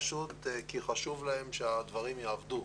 פשוט כי חשוב להם שהדברים יעבדו.